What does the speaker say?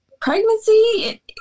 pregnancy